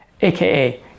aka